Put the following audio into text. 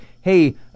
hey